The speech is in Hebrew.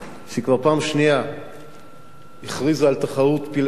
שכבר פעם שנייה הכריזה על תחרות פלאי עולם.